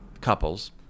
couples